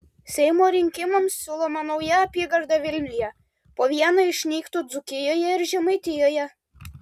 seimo rinkimams siūloma nauja apygarda vilniuje po vieną išnyktų dzūkijoje ir žemaitijoje